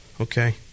Okay